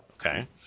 Okay